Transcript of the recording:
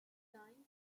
design